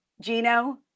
Gino